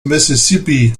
mississippi